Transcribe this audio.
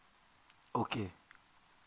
okay